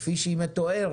כפי שהיא מתוארת,